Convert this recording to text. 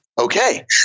Okay